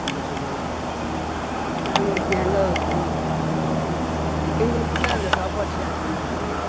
சந்தோசமாப்போச்சு நாங்கள் ஒரு கேங்காக வந்து இருப்போம் எப்பொழுதுமே எங்களுக்குள்ளே அந்த சாப்பாடு ஷேர் பண்ணுறது